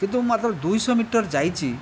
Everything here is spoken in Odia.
କିନ୍ତୁ ମାତ୍ର ଦୁଇଶହ ମିଟର ଯାଇଛି